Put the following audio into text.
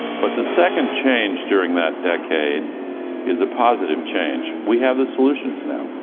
but the second change during that decade is a positive change. we have the solutions now.